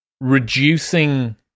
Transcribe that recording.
reducing